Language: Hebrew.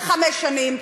לחמש שנים.